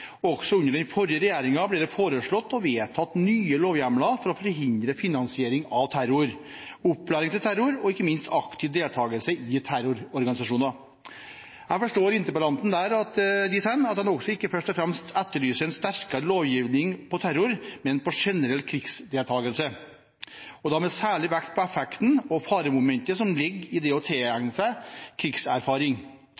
foreslått – og vedtatt – nye lovhjemler for å forhindre finansiering av terror, opplæring til terror og, ikke minst, aktiv deltakelse i terrororganisasjoner. Jeg forstår interpellanten dit hen at han ikke først og fremst etterlyser en sterkere lovgivning med hensyn til terror, men med hensyn til generell krigsdeltakelse, og da med særlig vekt på effekten og faremomentet som ligger i det å